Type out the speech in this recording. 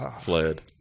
fled